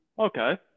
Okay